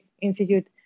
institute